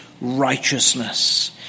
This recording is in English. righteousness